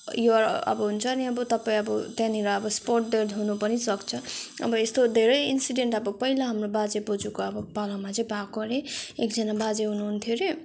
you आर अब हुन्छ नि अब तपाईँ अब त्यहाँनिर अब स्पट डेड हुनु पनि सक्छ अब यस्तो धेरै इन्सिडेन्ट अब पहिला हाम्रो बाजे बज्यूको अब पालामा चाहिँ अब भएको अरे एकजना बाजे हुनुहुन्थ्यो अरे